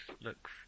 look